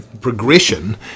progression